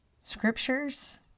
scriptures